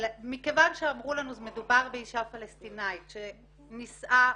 מדובר באשה פלשתינאית שנישאה,